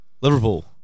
Liverpool